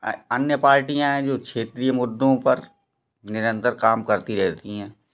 अन्य पार्टियाँ हैं जो क्षेत्रीय मुद्दों पर निरंतर काम करती रहती हैं